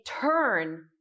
turn